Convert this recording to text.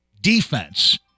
defense